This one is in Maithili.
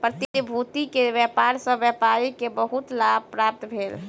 प्रतिभूति के व्यापार सॅ व्यापारी के बहुत लाभ प्राप्त भेल